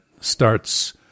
starts